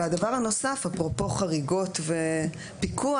והדבר הנוסף, אפרופו חריגות ופיקוח.